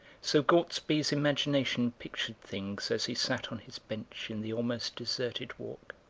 so gortsby's imagination pictured things as he sat on his bench in the almost deserted walk.